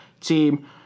team